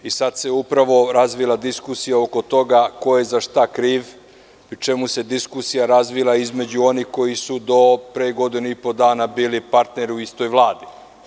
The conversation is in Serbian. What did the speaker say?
Sada se upravo razvila diskusija oko toga, ko je za šta kriv, pri čemu se diskusija razvijala između onih koji su do pre godinu i po dana bili partneri u istoj vladi.